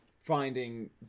Finding